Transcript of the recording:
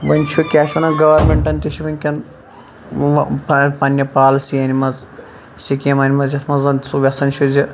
وۄنۍ چھُ کیا چھِ وَنان گارمنٹَن تہِ چھِ وٕنکٮ۪ن پَننہِ پالسِیَن مَنٛز سِکیٖمَن مَنٛز یَتھ مَنٛز زَن سُہ ؤیٚژھان چھُ زِ